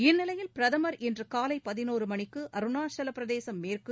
இந்நிலையில் பிரதமா் இன்று காலை பதினோரு மணிக்கு அருணாச்சல பிரதேசம் மேற்கு